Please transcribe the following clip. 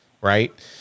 right